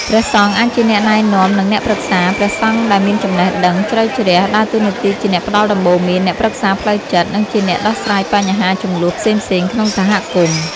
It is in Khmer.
ព្រះសង្ឃអាចជាអ្នកណែនាំ និងអ្នកប្រឹក្សា ព្រះសង្ឃដែលមានចំណេះដឹងជ្រៅជ្រះដើរតួនាទីជាអ្នកផ្តល់ដំបូន្មាន អ្នកប្រឹក្សាផ្លូវចិត្ត និងជាអ្នកដោះស្រាយបញ្ហាជម្លោះផ្សេងៗក្នុងសហគមន៍។